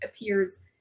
appears